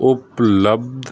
ਉਪਲੱਬਧ